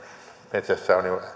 metsässä on jo